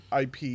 IP